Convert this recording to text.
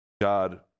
God